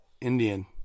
Indian